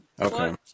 Okay